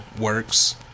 works